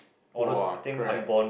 !wah! crap